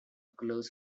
close